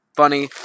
funny